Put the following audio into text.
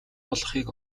болохыг